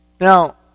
Now